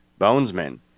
bonesmen